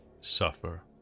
suffer